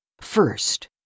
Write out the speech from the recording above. first